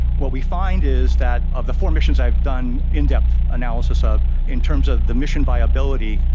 what we find is that of the four missions i've done in-depth analysis of in terms of the mission viability,